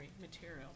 material